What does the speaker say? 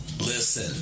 Listen